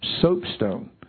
Soapstone